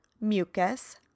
mucus